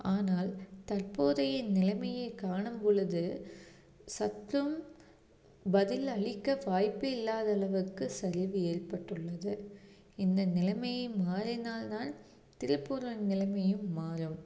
ஆனால் தற்போதைய நிலமையை காணும் பொழுது சற்றும் பதில் அளிக்க வாய்ப்பு இல்லாத அளவுக்கு சரிவு ஏற்பட்டுள்ளது இந்த நிலைமையை மாறினால் தான் திருப்பூரின் நிலமையும் மாறும்